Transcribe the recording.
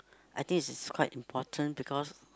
I think it's quite important because